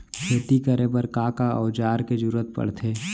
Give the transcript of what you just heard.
खेती करे बर का का औज़ार के जरूरत पढ़थे?